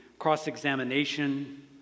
cross-examination